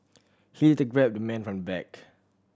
he later grabbed the man from the back